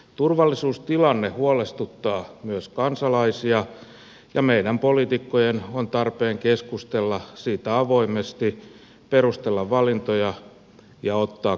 turvallisuustilanne huolestuttaa myös kansalaisia ja meidän poliitikkojen on tarpeen keskustella siitä avoimesti perustella valintoja ja ottaa kantaa